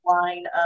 line